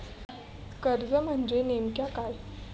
कर्ज म्हणजे नेमक्या काय?